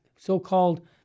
So-called